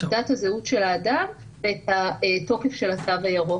את תעודת הזהות של האדם ואת התוקף התו הירוק,